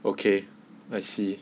okay I see